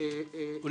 אנחנו